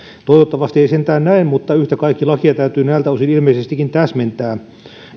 toivottavasti ei sentään näin mutta yhtä kaikki lakia täytyy näiltä osin ilmeisestikin täsmentää